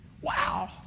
wow